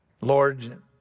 Lord